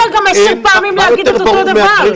עשר פעמים להגיד את אותו דבר.